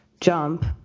jump